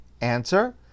answer